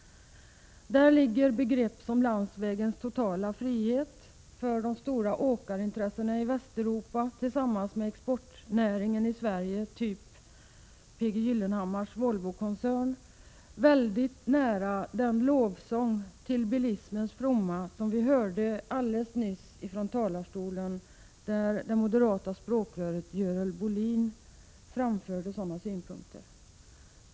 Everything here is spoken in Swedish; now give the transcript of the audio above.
Där ligger 57 begrepp som landsvägens totala frihet för de stora åkarintressena i Västeuropa tillsammans med exportnäringen i Sverige, typ P. G. Gyllenhammars Volvokoncern, mycket nära den lovsång till bilismens fromma som vi alldeles nyss hörde från talarstolen, där det moderata språkröret Görel Bohlin framförde sådana synpunkter.